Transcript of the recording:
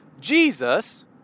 Jesus